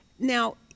Now